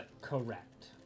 Correct